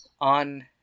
On